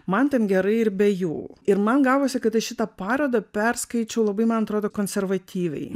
man ten gerai ir be jų ir man gavosi kad aš šitą parodą perskaičiau labai man atrodo konservatyviai